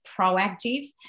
proactive